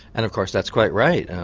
and of course that's quite right.